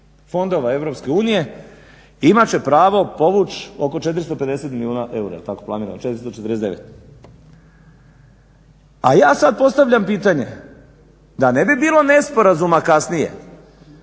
fondova Europske unije imat će pravo povući oko 450 milijuna eura, jel tako planirano, 449. A ja sad postavljam pitanje, da ne bi bilo nesporazuma kasnije,